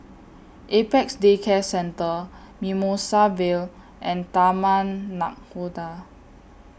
Apex Day Care Centre Mimosa Vale and Taman Nakhoda